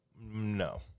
No